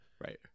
Right